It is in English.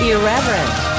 Irreverent